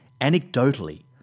anecdotally